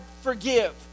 forgive